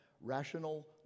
rational